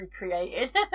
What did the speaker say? recreated